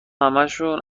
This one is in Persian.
همشون